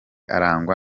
arangwa